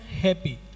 happy